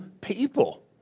people